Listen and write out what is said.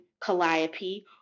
calliope